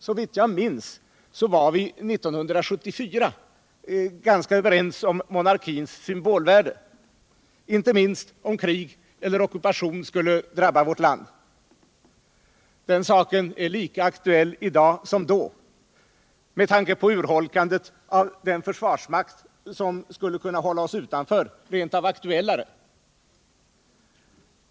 Såvitt jag minns var vi 1974 ganska eniga om monarkins symbolvärde, inte minst om krig och ockupation skulle drabba vårt land. Den här saken är i dag lika aktuell som då, och med tanke på urholkandet av den försvarsmakt som skulle kunna hålla oss utanför rent av aktuellare.